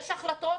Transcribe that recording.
יש החלטות,